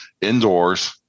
indoors